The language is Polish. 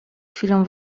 chwilą